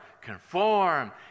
conform